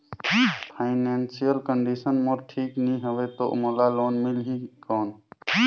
Financial condition मोर ठीक नी हवे तो मोला लोन मिल ही कौन??